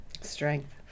Strength